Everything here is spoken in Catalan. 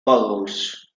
còdols